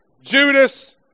Judas